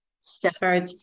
Sorry